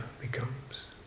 becomes